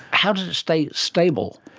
how does it stay stable?